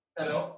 Hello